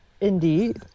Indeed